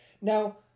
Now